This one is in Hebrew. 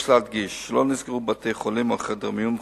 יש להדגיש שלא נסגרו בתי-חולים או חדרי מיון,